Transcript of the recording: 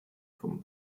vom